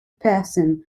person